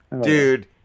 dude